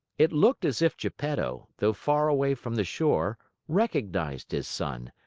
it looked as if geppetto, though far away from the shore, recognized his son,